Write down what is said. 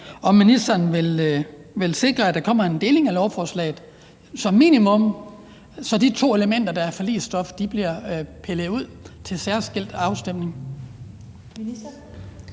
om ministeren vil sikre, at der kommer en deling af lovforslaget, så de to elementer, der er forligsstof, som minimum bliver pillet ud til særskilt afstemning.